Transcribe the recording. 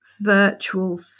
virtual